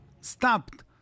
stopped